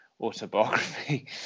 autobiography